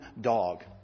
dog